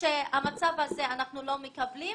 שהמצב הזה, אנחנו לא מקבלים.